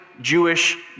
Jewish